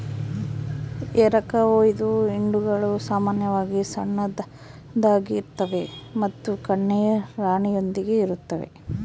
ಎರಕಹೊಯ್ದ ಹಿಂಡುಗಳು ಸಾಮಾನ್ಯವಾಗಿ ಸಣ್ಣದಾಗಿರ್ತವೆ ಮತ್ತು ಕನ್ಯೆಯ ರಾಣಿಯೊಂದಿಗೆ ಇರುತ್ತವೆ